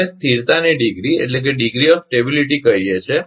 આપણે સ્થિરતાની ડિગ્રી કહીએ છીએ